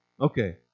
Okay